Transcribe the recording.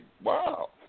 wow